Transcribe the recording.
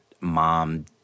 mom